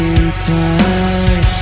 inside